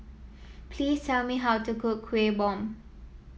please tell me how to cook Kuih Bom